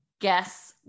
guess